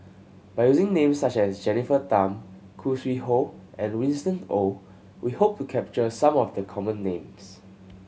by using names such as Jennifer Tham Khoo Sui Hoe and Winston Oh we hope to capture some of the common names